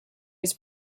was